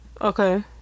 okay